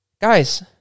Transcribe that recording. Guys